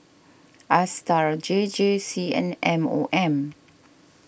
Astar J J C and M O M